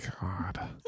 God